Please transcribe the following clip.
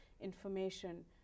information